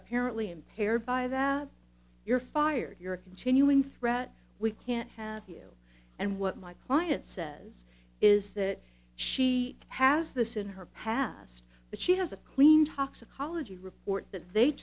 apparently impaired by that you're fired you're a continuing threat we can't have you and what my client says is that she has this in her past but she has a clean toxicology report that they